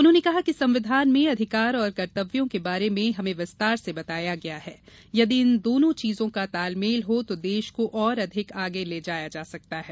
उन्होंने कहा कि संविधान में अधिकार और कर्तव्यों के बारे में हमें विस्तार से बताया गया है यदि इन दोनो चीजों का तालमेल हो तो देश को और अधिक आगे ले जाया जा सकता है